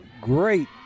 great